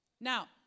Now